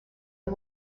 del